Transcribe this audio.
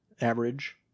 average